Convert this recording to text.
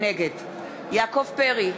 נגד יעקב פרי,